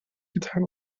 getan